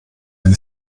wenn